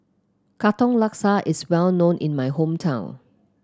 Katong Laksa is well known in my hometown